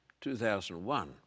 2001